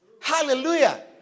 Hallelujah